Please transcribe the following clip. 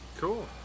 Cool